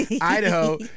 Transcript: Idaho